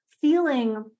feeling